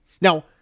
Now